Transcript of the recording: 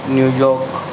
New York